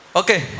okay